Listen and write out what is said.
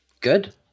good